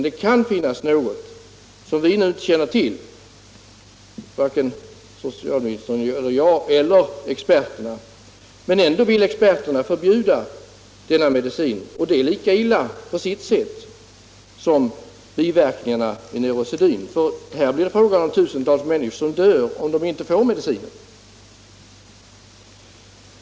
Där kan finnas något som vi nu inte känner till — varken socialministern eller jag eller experterna. Ändå vill experterna förbjuda denna medicin, och det är lika illa på sitt sätt som att neurosedynet tilläts. Det visade sig ha biverkningar. Här är det fråga om tusentals människor som dör om de inte får medicinen.